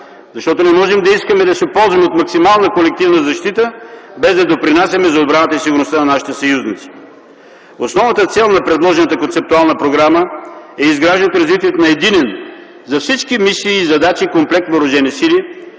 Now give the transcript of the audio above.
защото не можем да искаме да се ползваме от максимална колективна защита, без да допринасяме за отбраната и сигурността на нашите съюзници. Основната цел на предложената концептуална програма е изграждането и развитието на единен за всички мисии и задачи комплект въоръжени сили,